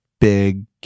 big